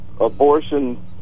abortion